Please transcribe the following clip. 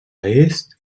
est